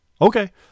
Okay